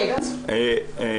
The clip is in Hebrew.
תדברו אחר כך.